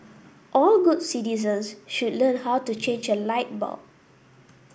all good citizens should learn how to change a light bulb